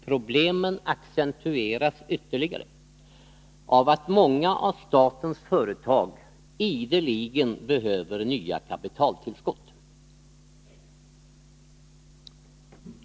Problemen accentueras ytterligare av att många av statens företag ideligen behöver nya kapitaltillskott.